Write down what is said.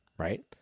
Right